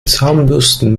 zahnbürsten